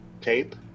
tape